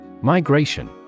Migration